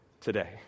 today